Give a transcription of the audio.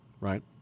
Right